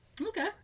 Okay